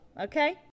Okay